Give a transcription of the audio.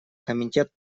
комитет